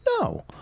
No